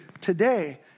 today